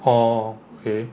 orh okay